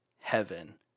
heaven